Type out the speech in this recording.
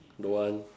don't want